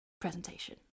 presentation